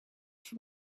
from